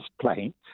plane